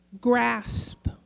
grasp